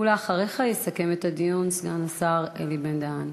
אחריך יסכם את הדיון סגן השר אלי בן-דהן,